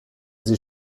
sie